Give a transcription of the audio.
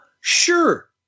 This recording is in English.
sure